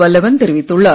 வல்லவன் தெரிவித்துள்ளார்